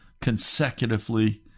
consecutively